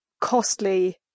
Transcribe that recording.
costly